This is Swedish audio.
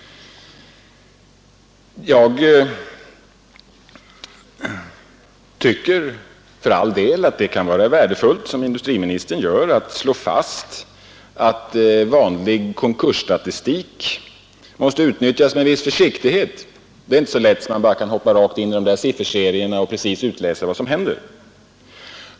Jag tycker att det för all del kan vara värdefullt att som industriministern gör slå fast att vanlig konkursstatistik måste utnyttjas med viss försiktighet. Det är inte så lätt att bara hoppa in i dessa sifferserier och där utläsa vad som händer.